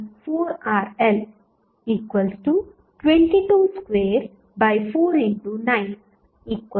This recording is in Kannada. pmaxVth24RL2224 9 13